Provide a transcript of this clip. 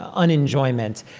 ah unenjoyment,